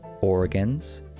organs